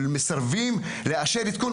מסרבים לאשר עדכון.